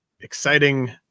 exciting